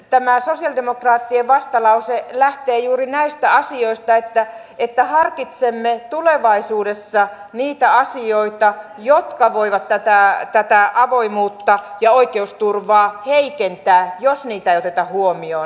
tämä sosialidemokraattien vastalause lähtee juuri näistä asioista että harkitsemme tulevaisuudessa niitä asioita jotka voivat tätä avoimuutta ja oikeusturvaa heikentää jos niitä ei oteta huomioon